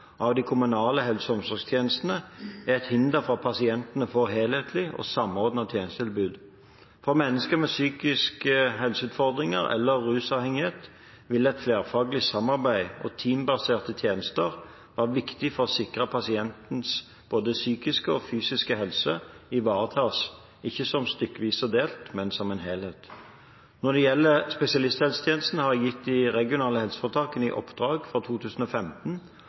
av de kommunale helse- og omsorgstjenestene er et hinder for et helhetlig og samordnet tjenestetilbud for pasientene. For mennesker med psykiske helseutfordringer eller rusavhengighet vil et flerfaglig samarbeid og teambaserte tjenester være viktig for å sikre at pasientens både psykiske og fysiske helse ivaretas – ikke stykkevis og delt, men som en helhet. Når det gjelder spesialisthelsetjenesten, har jeg gitt de regionale helseforetakene i oppdrag fra 2015